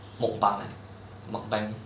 mukbang ah mukbang